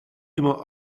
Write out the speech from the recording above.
immer